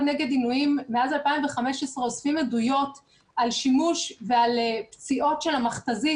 נגד עינויים מאז 2015 אוספים עדויות על שימוש ועל פציעות של המכת"זית